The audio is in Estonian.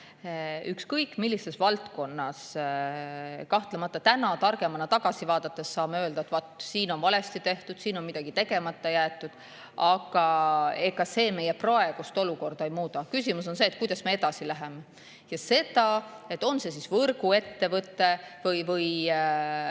Ükskõik millises valdkonnas täna kahtlemata targemana tagasi vaadates saame öelda, et vaat siin on valesti tehtud, siin on midagi tegemata jäetud. Aga ega see meie praegust olukorda ei muuda. Küsimus on see, kuidas me edasi läheme. On see võrguettevõte või